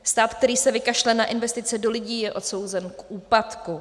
Stát, který se vykašle na investice do lidí, je odsouzen k úpadku.